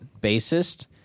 bassist